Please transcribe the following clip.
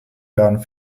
wären